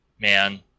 man